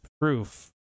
proof